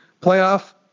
playoff